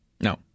No